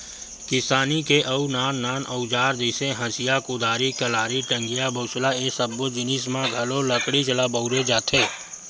किसानी के अउ नान नान अउजार जइसे हँसिया, कुदारी, कलारी, टंगिया, बसूला ए सब्बो जिनिस म घलो लकड़ीच ल बउरे जाथे